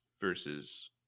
versus